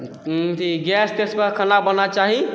अथी गैस तैसपर खाना बनना चाही